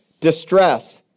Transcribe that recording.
distress